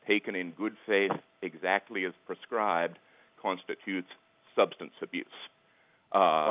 taken in good faith exactly as prescribed constitutes substance abuse